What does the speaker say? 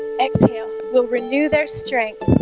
exhale will renew their strength